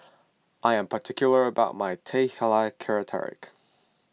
I am particular about my Teh Halia Tarik